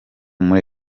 muri